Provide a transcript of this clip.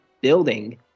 building